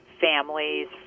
families